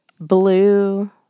Blue